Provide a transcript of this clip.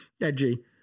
edgy